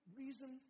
reason